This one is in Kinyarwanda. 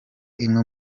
imwe